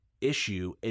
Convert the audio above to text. issue